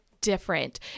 different